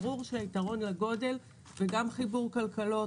ברור שהיתרון לגודל וגם חיבור כלכלות,